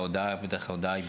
ההודעה היא בדרך כלל בכתב,